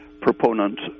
proponents